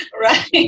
right